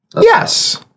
Yes